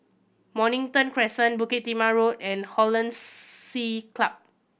Mornington Crescent Bukit Timah Road and Hollandse Club